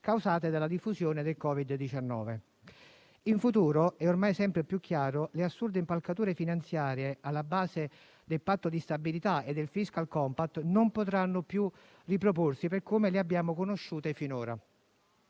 causati dalla diffusione del Covid-19. In futuro è ormai sempre più chiaro che le assurde impalcature finanziarie alla base del Patto di stabilità e del *fiscal compact* non potranno più riproporsi, per come le abbiamo conosciute finora.